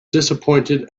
disappointed